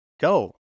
go